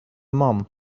mum